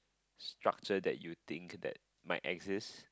structure that you think that might exist